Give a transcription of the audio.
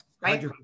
Right